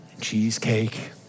cheesecake